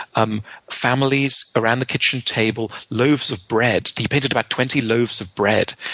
um families around the kitchen table, loaves of bread. he painted about twenty loaves of bread.